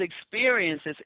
experiences